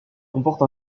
comporte